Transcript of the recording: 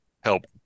help